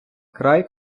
край